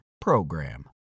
PROGRAM